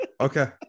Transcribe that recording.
Okay